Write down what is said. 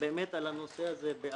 באמת על הנושא הזה בעכו,